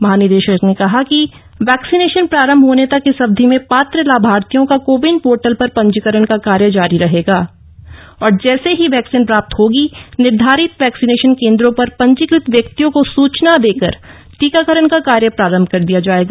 महानिदेशक ने कहा कि वैक्सिनेशन प्रारम्भ होने तक इस अवधि में पात्र लाभार्थियों का कोविन पोर्टल पर पंजीकरण का कार्य जारी रहेगा और जैसे ही वैक्सीन प्राप्त होगी निर्धारित वैक्सिनेशन केन्द्रों पर पंजीकृत व्यक्तियों को सुचना देकर टीकाकरण का कार्य प्रारम्भ कर दिया जायेगा